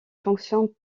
fonctions